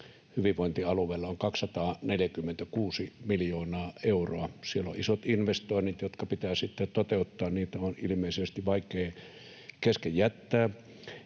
hyvinvointialueella on 246 miljoonaa euroa. Siellä on isot investoinnit, jotka pitää toteuttaa, niitä on ilmeisesti vaikeaa kesken jättää.